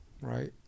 Right